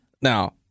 Now